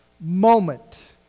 moment